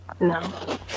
No